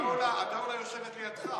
הממשלה, הדוולה, יושבת לידך.